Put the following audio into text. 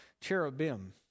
cherubim